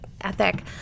ethic